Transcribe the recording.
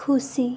खुसी